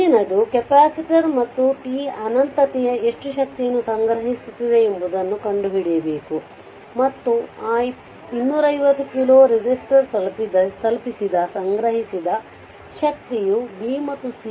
ಮುಂದಿನದು ಕೆಪಾಸಿಟರ್ ಮತ್ತು t ಅನಂತತೆಗೆ ಎಷ್ಟು ಶಕ್ತಿಯನ್ನು ಸಂಗ್ರಹಿಸುತ್ತದೆ ಎಂಬುದನ್ನು ಕಂಡುಹಿಡಿಯಬೇಕು ಮತ್ತು ಆ 250 ಕಿಲೋ ರೆಸಿಸ್ಟರ್ಗೆ ತಲುಪಿಸಿದ ಸಂಗ್ರಹಿಸಿದ ಶಕ್ತಿಯು b ಮತ್ತು c